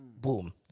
boom